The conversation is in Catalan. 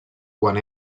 quan